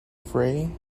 frey